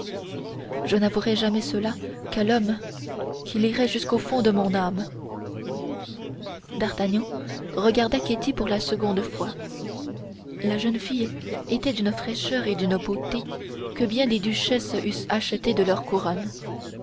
je n'avouerais jamais cela qu'à l'homme qui lirait jusqu'au fond de mon âme d'artagnan regarda ketty pour la seconde fois la jeune fille était d'une fraîcheur et d'une beauté que bien des duchesses eussent achetées de leur couronne